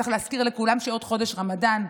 צריך להזכיר לכולם שעוד חודש רמדאן,